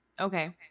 Okay